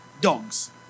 dogs